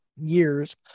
years